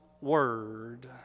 word